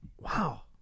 Wow